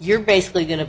you're basically going to